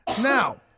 Now